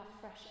fresh